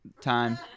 Time